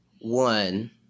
One